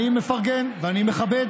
אני מפרגן ואני מכבד.